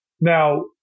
now